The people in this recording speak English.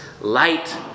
light